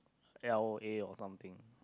l_a or something